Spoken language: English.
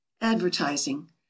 Advertising